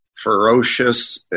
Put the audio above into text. ferocious